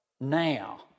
now